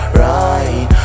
right